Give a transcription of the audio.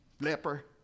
Leper